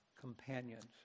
companions